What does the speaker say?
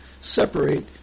separate